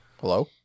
Hello